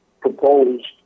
proposed